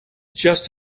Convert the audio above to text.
just